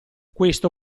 questo